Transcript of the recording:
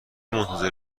منتظر